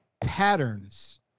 patterns